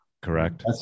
Correct